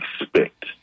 expect